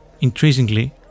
increasingly